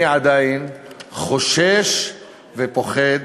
אני עדיין חושש ופוחד